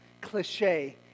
cliche